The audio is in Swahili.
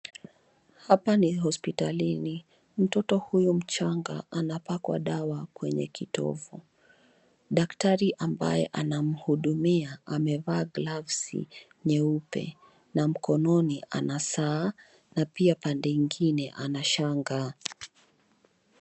Hapa ni hospitalini. Mtoto huyu mchanga anapakwa dawa kwenye kitovu. Daktari ambaye anamhudumia amevaa gloves nyeupe na mkononi ana saa na pia pande ingine ana shanga.